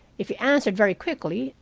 if you answered very quickly,